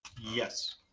Yes